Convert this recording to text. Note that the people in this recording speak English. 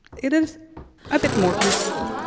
it is a bit more risky,